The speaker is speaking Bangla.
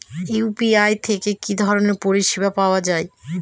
ইউ.পি.আই থেকে কি ধরণের পরিষেবা পাওয়া য়ায়?